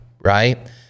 right